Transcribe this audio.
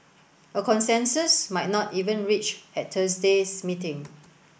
a consensus might not even reached at Thursday's meeting